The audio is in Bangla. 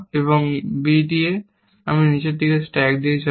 এবং b d এ এবং আমি নীচের দিকে স্ট্যাক দিয়ে যাব